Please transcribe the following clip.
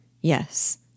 Yes